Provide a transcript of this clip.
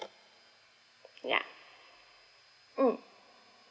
ya mm